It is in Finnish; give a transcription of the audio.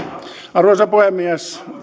arvoisa puhemies